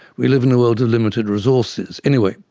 we live in a world of limited resources. anyway,